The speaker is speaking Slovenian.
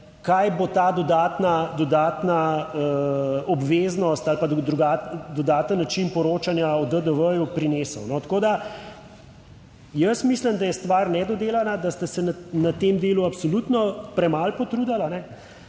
kaj bo ta dodatna obveznost ali pa dodaten način poročanja o DDV prinesel. Jaz mislim, da je stvar nedodelana, da ste se na tem delu absolutno premalo potrudili.